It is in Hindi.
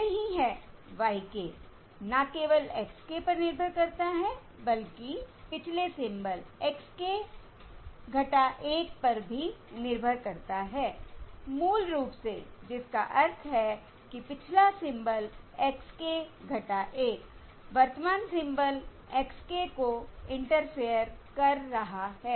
यही है y k न केवल x k पर निर्भर करता है बल्कि पिछले सिंबल x k 1पर भी निर्भर करता है मूल रूप से जिसका अर्थ है कि पिछला सिंबल x k 1 वर्तमान सिंबल x k को इंटरफेयर कर रहा है